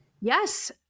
Yes